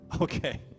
Okay